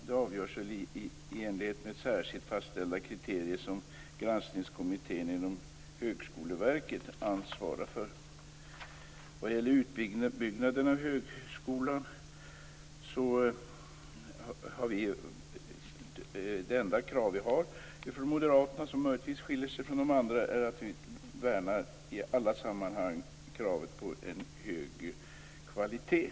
Den avgörs i enlighet med särskilt fastställda kriterier som granskningskommittén inom Högskoleverket ansvarar för. Vad gäller utbyggnaden av högskolan är det enda krav från Moderaterna som möjligtvis skiljer sig från de andras att vi i alla sammanhang värnar en hög kvalitet.